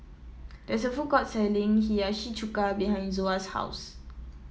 there is a food court selling Hiyashi Chuka behind Zoa's house